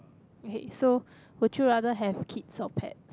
okay so would you rather have kids or pet